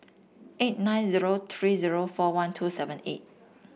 eight nine zero three zero four one two seven eight